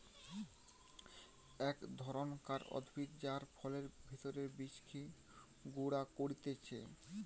এক ধরণকার উদ্ভিদ যার ফলের ভেতরের বীজকে গুঁড়া করতিছে